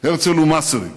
הרצל ומסריק,